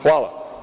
Hvala.